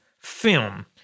film